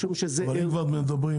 משום שזה --- אבל אם כבר מדברים,